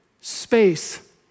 space